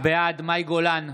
בעד מאי גולן,